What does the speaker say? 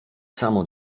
samo